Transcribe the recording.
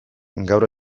gaur